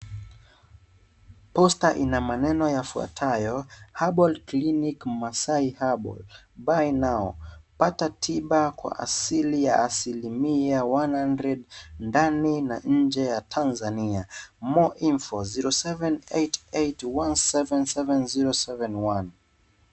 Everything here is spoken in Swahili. Posta ina maneno yafuatayo, (cs) herbal clinic masai herbal, buy now(cs). Pata tiba kwa asili ya asilimia, (cs) one hundred(cs), ndani na nje ya tanzania, (cs) more info 0788177071(cs).